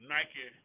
Nike